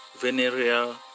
venereal